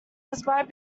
despite